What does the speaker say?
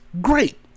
great